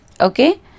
okay